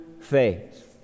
faith